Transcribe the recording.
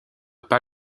pas